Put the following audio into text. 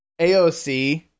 AOC